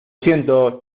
siento